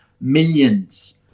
millions